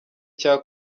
cya